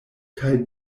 kaj